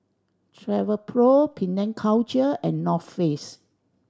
Travelpro Penang Culture and North Face